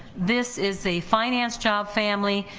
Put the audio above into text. this is a finance job family.